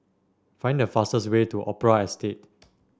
find the fastest way to Opera Estate